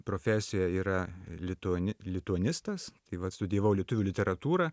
profesija yra lituani lituanistas tai vat studijavau lietuvių literatūrą